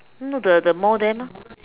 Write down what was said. no the the mall there loh